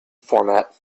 format